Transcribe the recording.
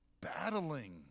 battling